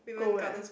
go where